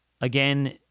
again